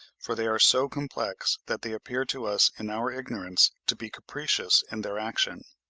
for they are so complex that they appear to us in our ignorance to be capricious in their action.